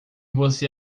você